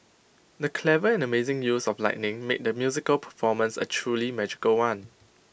the clever and amazing use of lighting made the musical performance A truly magical one